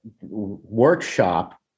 workshop